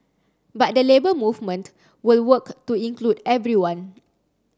but the Labour Movement will work to include everyone